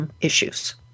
issues